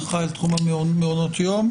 אחראי על תחום מעונות יום.